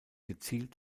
gezielt